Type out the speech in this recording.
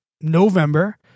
November